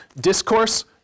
discourse